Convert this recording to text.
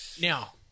Now